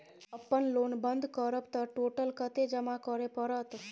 अपन लोन बंद करब त टोटल कत्ते जमा करे परत?